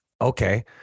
okay